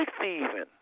thieving